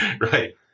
right